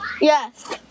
Yes